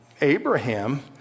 Abraham